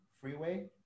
freeway